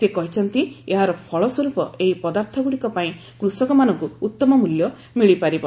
ସେ କହିଛନ୍ତି ଏହାର ଫଳସ୍ୱରୂପ ଏହି ପଦାର୍ଥଗୁଡ଼ିକ ପାଇଁ କୃଷକମାନଙ୍କୁ ଉତ୍ତମ ମୂଲ୍ୟ ମିଳିପାରିବ